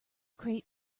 crate